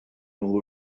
nhw